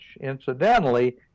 incidentally